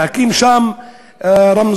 להקים שם רמזור,